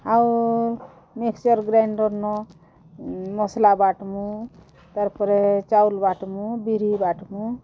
ଆଉ mixture grinder ନ ମସଲା ବାଟ୍ମୁଁ ତାର୍ ପରେ ଚାଉଲ୍ ବାଟ୍ମୁଁ ବିରି ବାଟ୍ମୁଁ